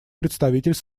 представитель